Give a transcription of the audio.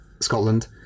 scotland